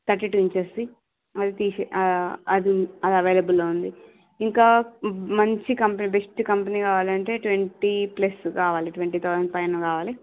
thirty two ఇంచెస్ది అది అవైలబుల్లో ఉంది ఇంకా మంచి కంపెనీ బెస్ట్ కంపెనీ కావాలంటే ట్వంటీ ప్లస్ కావాలి ట్వంటీ తౌసండ్ పైన కావాలి